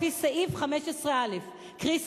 לפי סעיף 15א. קרי,